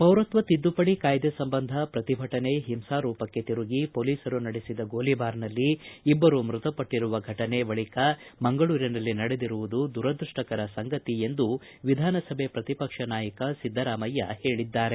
ಪೌರತ್ವ ತಿದ್ದುಪಡಿ ಕಾಯ್ದೆ ಸಂಬಂಧ ಪ್ರತಿಭಟನೆ ಹಿಂಸಾರೂಪಕ್ಕೆ ತಿರುಗಿ ಪೊಲೀಸರು ನಡೆಸಿದ ಗೋಲಿಬಾರ್ನಲ್ಲಿ ಇಬ್ಬರು ಮೃತಪಟ್ಟಿರುವ ಘಟನೆ ಮಂಗಳೂರಿನಲ್ಲಿ ನಡೆದಿರುವುದು ದುರದೃಷ್ಷಕರ ಸಂಗತಿ ಎಂದು ವಿಧಾನಸಭೆ ಪ್ರತಿಪಕ್ಷನಾಯಕ ಸಿದ್ದರಾಮಯ್ತ ಟೀಕಿಸಿದ್ದಾರೆ